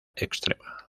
extrema